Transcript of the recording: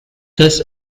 this